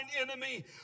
enemy